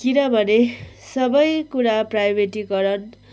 किनभने सबै कुरा प्राइभेटीकरण